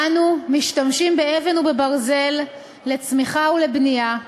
אנו משתמשים באבן ובברזל לצמיחה ולבנייה,